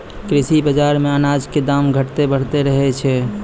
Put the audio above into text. कृषि बाजार मॅ अनाज के दाम घटतॅ बढ़तॅ रहै छै